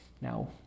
Now